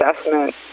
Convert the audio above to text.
assessment